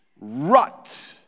rut